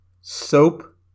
Soap